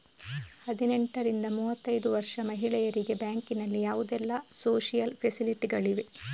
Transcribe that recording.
ಹದಿನೆಂಟರಿಂದ ಮೂವತ್ತೈದು ವರ್ಷ ಮಹಿಳೆಯರಿಗೆ ಬ್ಯಾಂಕಿನಲ್ಲಿ ಯಾವುದೆಲ್ಲ ಸೋಶಿಯಲ್ ಫೆಸಿಲಿಟಿ ಗಳಿವೆ?